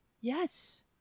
yes